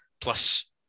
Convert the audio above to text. plus